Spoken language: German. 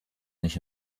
nicht